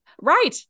right